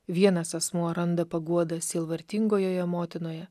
vienas asmuo randa paguodą sielvartingojoje motinoje